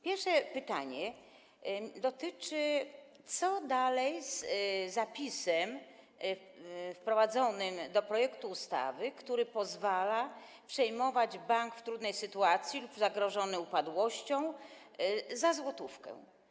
Pierwsze pytanie dotyczy tego, co dalej z zapisem wprowadzonym do projektu ustawy, który pozwala przejmować bank w trudnej sytuacji, zagrożony upadłością, za złotówkę.